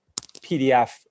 PDF